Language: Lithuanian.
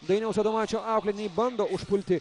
dainiaus adomaičio auklėtiniai bando užpulti